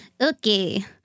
Okay